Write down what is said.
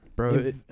Bro